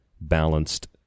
balanced